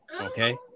okay